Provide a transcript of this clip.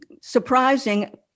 surprising